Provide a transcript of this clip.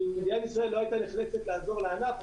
כי מדינת ישראל לא הייתה נחלצת לעזור לענף.